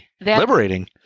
Liberating